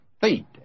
feet